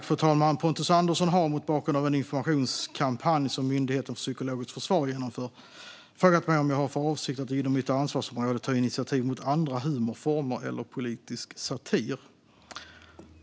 Fru talman! Pontus Andersson har, mot bakgrund av en informationskampanj som Myndigheten för psykologiskt försvar genomför, frågat mig om jag har för avsikt att inom mitt ansvarsområde ta initiativ mot andra humorformer eller politisk satir.